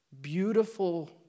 beautiful